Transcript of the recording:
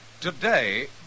Today